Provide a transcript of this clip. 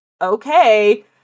okay